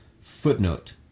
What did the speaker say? Footnote